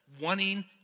wanting